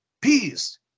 peace